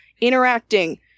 interacting